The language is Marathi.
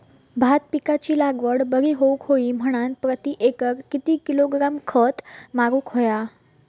भात पिकाची लागवड बरी होऊक होई म्हणान प्रति एकर किती किलोग्रॅम खत मारुक होया?